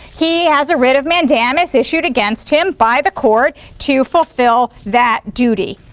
he has a writ of mandamus issued against him by the court to fulfill that duty,